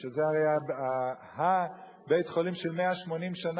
שזה הרי היה הבית-חולים 180 שנה,